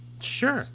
Sure